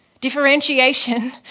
Differentiation